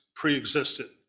Pre-existed